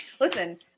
listen